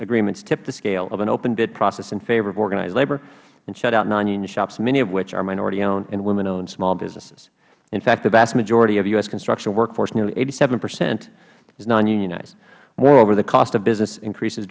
agreements tip the scale of an open bid process in favor of organized labor and shut out non union shops many of which are minority owned and women owned small businesses in fact the vast majority of u s construction workforce nearly eighty seven percent is non unionized moreover the cost of business increases